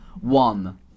One